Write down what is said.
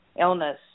illness